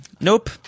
nope